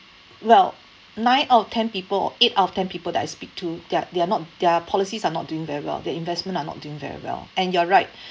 well nine out of ten people or eight out of ten people that I speak to they're they're not their policies are not doing very well their investment are not doing very well and you're right